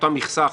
אותה מכסה,